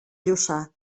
lluçà